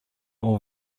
all